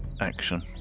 action